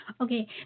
okay